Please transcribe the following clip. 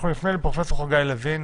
אנחנו נפנה לפרופ' חגי לוין,